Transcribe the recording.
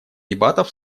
дебатов